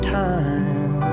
time